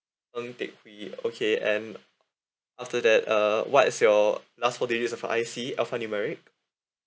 ng teck hui okay and after that uh what is your last four digits of your I_C alphanumeric